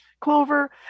clover